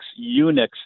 Unix